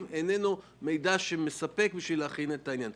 איננו מידע מספק בשביל להכין את העניין.